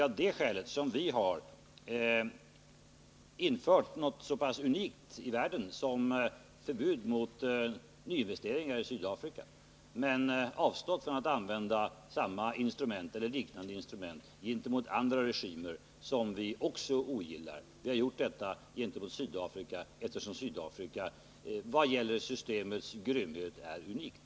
Av detta skäl har vi infört något så pass unikt i världen som förbud mot nyinvesteringar i Sydafrika samtidigt som vi avstått från att använda samma instrument eller liknande instrument gentemot andra regimer som vi också ogillar. Vi har gjort detta gentemot Sydafrika, eftersom Sydafrika vad gäller systemets grymhet är unikt.